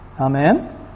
Amen